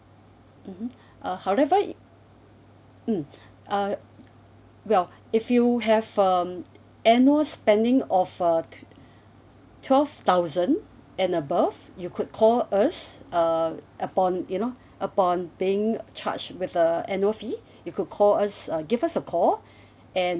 mmhmm uh however mm uh well if you have um annual spending of uh tw~ twelve thousand and above you could call us uh upon you know upon being charged with a annual fee you could call us uh give us a call and